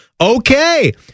Okay